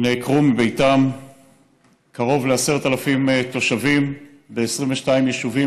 נעקרו מביתם קרוב ל-10,000 תושבים ב-22 יישובים